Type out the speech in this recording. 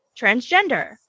transgender